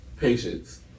Patience